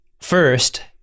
first